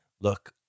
Look